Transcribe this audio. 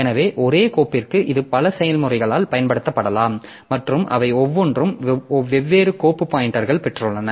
எனவே ஒரே கோப்பிற்கு இது பல செயல்முறைகளால் பயன்படுத்தப்படலாம் மற்றும் அவை ஒவ்வொன்றும் வெவ்வேறு கோப்பு பாய்ன்டெர் பெற்றுள்ளன